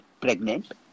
pregnant